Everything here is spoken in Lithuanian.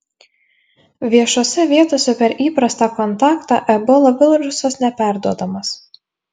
viešose vietose per įprastą kontaktą ebola virusas neperduodamas